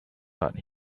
taught